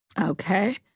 Okay